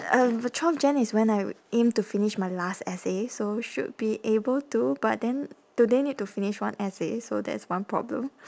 uh twelve jan is when I would aim to finish my last essay so should be able to but then today need to finish one essay so that is one problem